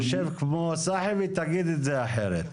אז שב כמו צחי ותגיד את זה אחרת.